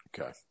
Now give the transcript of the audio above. Okay